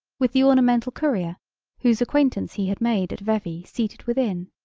with the ornamental courier whose acquaintance he had made at vevey seated within.